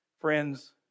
Friends